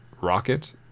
Rocket